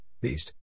Beast